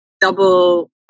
double